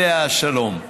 עליה השלום: